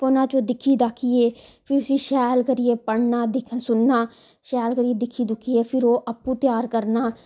फोना च दिक्खी दक्खिये फिर उसी शैल करियै पढ़ना दिक्खना सुनना शैल करियेै दिक्खी दुक्खिये फिर ओह् आपूं तैयार करना